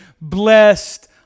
blessed